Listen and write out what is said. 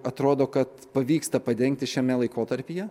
atrodo kad pavyksta padengti šiame laikotarpyje